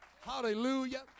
Hallelujah